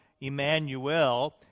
Emmanuel